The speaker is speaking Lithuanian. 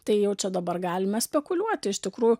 tai jau čia dabar galime spekuliuoti iš tikrųjų